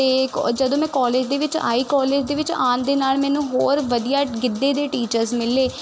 ਅਤੇ ਜਦੋਂ ਮੈਂ ਕਾਲਜ ਦੇ ਵਿੱਚ ਆਈ ਕਾਲਜ ਦੇ ਵਿੱਚ ਆਉਣ ਦੇ ਨਾਲ ਮੈਨੂੰ ਹੋਰ ਵਧੀਆ ਗਿੱਧੇ ਦੇ ਟੀਚਰਸ ਮਿਲੇ